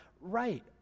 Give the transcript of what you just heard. right